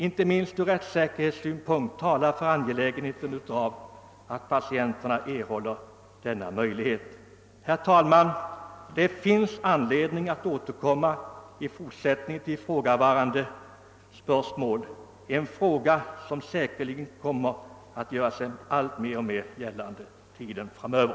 Inte minst rättssäkerhetssynpunkterna talar för att patienterna får en sådan möjlighet. Herr talman! Det finns anledning återkomma till detta spörsmål, och det är helt säkert också en fråga som kommer att göra sig alltmer gällande under tiden framöver.